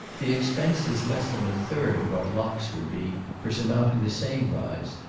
the expense is less than a third of what locks would be for surmounting the same rise.